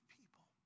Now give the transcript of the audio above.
people